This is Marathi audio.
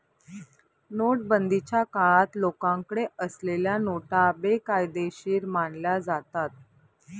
नोटाबंदीच्या काळात लोकांकडे असलेल्या नोटा बेकायदेशीर मानल्या जातात